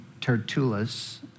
Tertullus